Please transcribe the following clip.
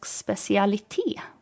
specialitet